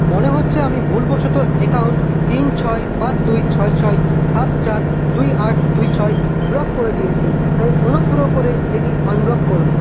মনে হচ্ছে আমি ভুলবশত অ্যাকাউন্ট তিন ছয় পাঁচ দুই ছয় ছয় সাত চার দুই আট দুই ছয় ব্লক করে দিয়েছি তাই অনুগ্রহ করে এটি আনব্লক করুন